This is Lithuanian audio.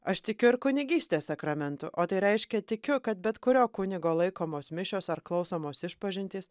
aš tikiu ir kunigystės sakramentu o tai reiškia tikiu kad bet kurio kunigo laikomos mišios ar klausomos išpažintys